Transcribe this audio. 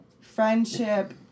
friendship